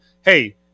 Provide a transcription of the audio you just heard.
hey